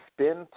spend